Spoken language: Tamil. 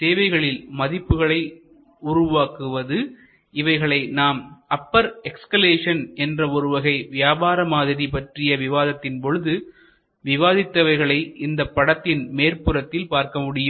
சேவைகளில் மதிப்புகளை உருவாக்குவது இவைகளை நாம் அப்பர் எஸ்ஷலான் என்ற ஒருவகை வியாபார மாதிரி பற்றிய விவாதத்தின் பொழுது விவாதித்தவைகளை இந்த படத்தின் மேற்புறத்தில் பார்க்க முடியும்